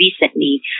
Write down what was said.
recently